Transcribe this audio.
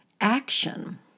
action